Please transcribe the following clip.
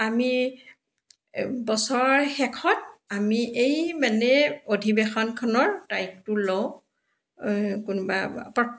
আমি বছৰৰ শেষত আমি এই মানে অধিৱেশনখনৰ তাৰিখটো লওঁ কোনোবা